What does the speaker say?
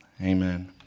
amen